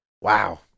Wow